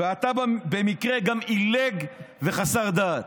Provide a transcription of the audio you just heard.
ואתה במקרה גם עילג וחסר דעת,